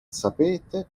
sapete